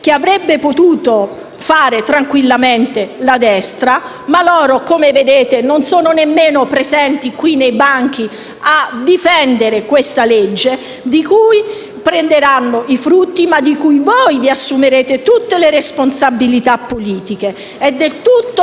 che avrebbe potuto fare tranquillamente la destra, ma i suoi componenti - come vedete - non sono nemmeno presenti tra i banchi a difendere questo provvedimento di cui prenderanno i frutti, ma di cui voi vi assumerete tutte le responsabilità politiche. È del tutto